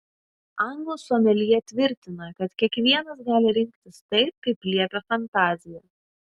anglų someljė tvirtina kad kiekvienas gali rinktis taip kaip liepia fantazija